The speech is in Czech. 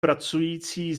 pracující